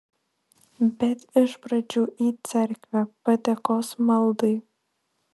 bet iš pradžių į cerkvę padėkos maldai